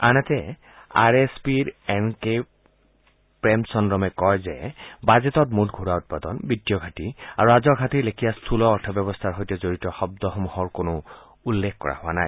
আনহাতে আৰ এছ পি এন কে প্ৰেম্চন্ৰমে কয় যে বাজেটত মুঠ ঘৰুৱা উৎপাদন বিত্তীয় ঘাটী আৰু ৰাজহ ঘাটীৰ লেখীয়া স্থুল অৰ্থ ব্যৱস্থাৰ সৈতে জড়িত শব্দাসমূহৰ কোনো উল্লেখ কৰা হোৱা নাই